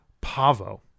Pavo